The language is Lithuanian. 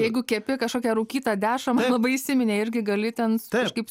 jeigu kepi kažkokią rūkytą dešrą labai įsiminė irgi gali ten kažkaip